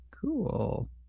cool